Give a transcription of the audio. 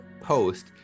post